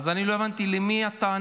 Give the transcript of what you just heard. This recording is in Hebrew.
אז אני לא הבנתי אל מי הטענות.